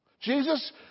Jesus